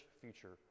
future